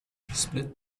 split